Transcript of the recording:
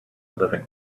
living